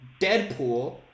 deadpool